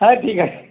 हां ठीक आहे